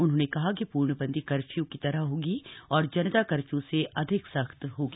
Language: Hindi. उन्होंने कहा कि पूर्णबंदी कर्फ्यू की तरह होगी और जनता कर्फ्यू से अधिक सख्त होगी